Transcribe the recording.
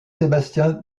sébastien